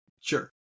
Sure